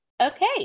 Okay